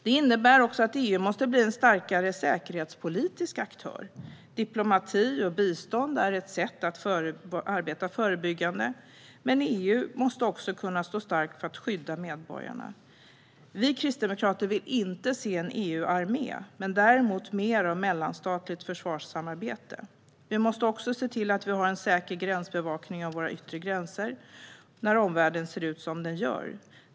Detta innebär också att EU måste bli en starkare säkerhetspolitisk aktör. Diplomati och bistånd är ett sätt att arbeta förebyggande, men EU måste också kunna stå starkt för att skydda medborgarna. Vi kristdemokrater vill inte se en EU-armé men däremot mer av mellanstatligt försvarssamarbete. Vi måste också se till att vi har en säker bevakning av våra yttre gränser när omvärlden ser ut som den gör.